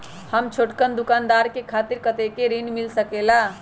हम छोटकन दुकानदार के खातीर कतेक ऋण मिल सकेला?